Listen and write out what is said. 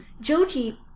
joji